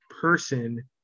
person